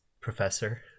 professor